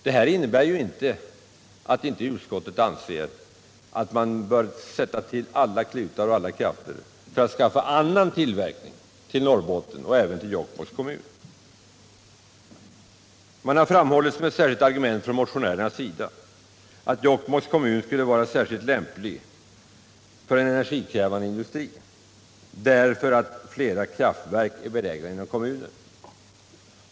Det innebär inte att utskottet inte anser att man bör sätta till alla klutar och alla krafter för att skaffa annan tillverkning till Norrbotten och till Jokkmokks kommun. Motionärerna har som argument för att Jokkmokks kommun skulle vara särskilt lämplig för en energikrävande industri anfört att flera kraftverk är belägna inom kommunen.